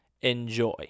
Enjoy